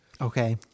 Okay